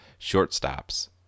shortstops